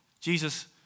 Jesus